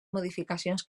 modificacions